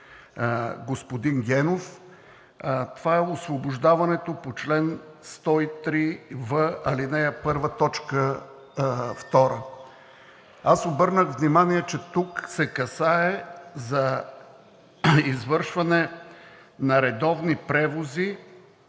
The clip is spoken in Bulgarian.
господин Генов – това е освобождаването по чл. 103в, ал. 1, т. 2. Обърнах внимание, че тук се касае за извършване на редовни превози,